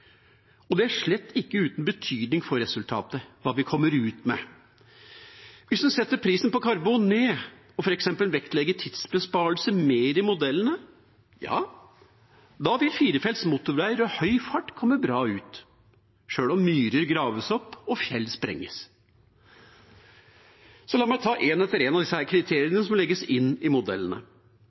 uten betydning for resultatet hva vi kommer ut med. Hvis en setter prisen på karbon ned og f.eks. vektlegger tidsbesparelsen mer i modellene, vil firefelts motorvei med høy fart komme bra ut, selv om myrer graves opp og fjell sprenges. La meg en etter en ta disse kriteriene som legges inn i modellene.